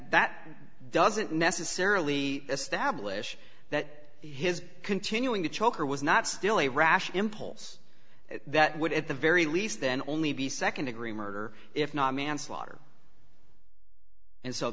that doesn't necessarily establish that his continuing to choke her was not still a rash impulse that would at the very least then only be nd degree murder if not manslaughter and so